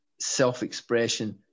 self-expression